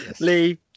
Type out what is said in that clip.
Lee